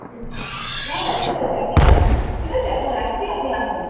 হুম না না ঠিক আছে আপনি আসুন না ঠিক আছে এখন রাখছি আপনি আসুন